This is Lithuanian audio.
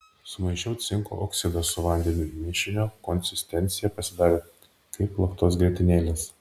sumaišiau cinko oksidą su vandeniu mišinio konsistencija pasidarė kaip plaktos grietinėlės